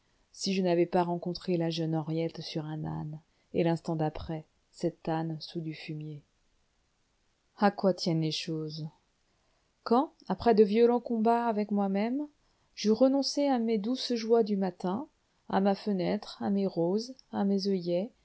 si je n'avais pas rencontré la jeune henriette sur un âne et l'instant d'après cet âne sous du fumier à quoi tiennent les choses quand après de violents combats avec moi-même j'eus renoncé à mes douces joies du matin à ma fenêtre à mes roses à mes oeillets